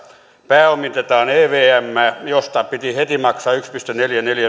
pääomitetaan evmää kahdellatoista pilkku kuudella miljardilla mistä piti heti maksaa yksi pilkku neljäkymmentäneljä miljardia